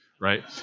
right